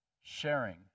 Sharing